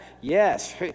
Yes